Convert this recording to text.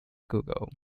google